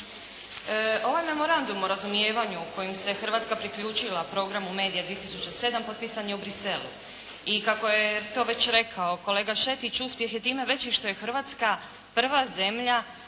Ovaj Memorandum o razumijevanju kojim se Hrvatska priključila Programu MEDIA 2007. potpisan je u Bruxellesu i kako je to već rekao kolega Šetić uspjeh je time veći što je Hrvatska prva zemlja